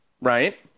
Right